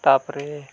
ᱛᱟᱨᱯᱚᱨᱮ